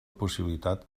possibilitat